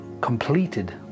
completed